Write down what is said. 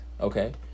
okay